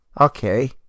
okay